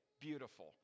beautiful